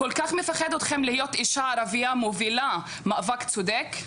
כל כך מפחיד אתכם להיות אישה ערבייה מובילה מאבק צודק?